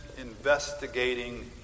investigating